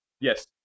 Yes